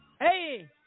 Hey